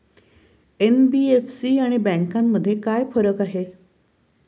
NBFC आणि बँकांमध्ये काय फरक आहे?